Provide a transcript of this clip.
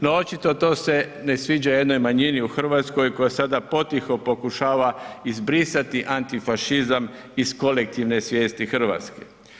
No očito to se ne sviđa jednoj manjini u Hrvatskoj koja sada potiho pokušava izbrisati antifašizam iz kolektivne svijesti Hrvatske.